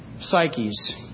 psyches